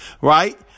Right